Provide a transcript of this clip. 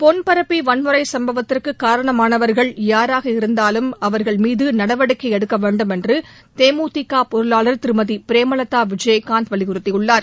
பொன்பரப்பி வன்முறை சம்பவத்திற்கு காரணமானவர்கள் யாராக இருந்தாலும் அவர்கள் மீது நடவடிக்கை எடுக்க வேண்டும் என்று தேமுதிக பொருளாளர் திருமதி பிரேமலதா விஜயகாந்த் வலியுறுத்தியுள்ளார்